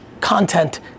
content